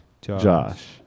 Josh